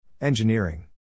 Engineering